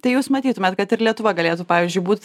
tai jūs matytumėt kad ir lietuva galėtų pavyzdžiui būt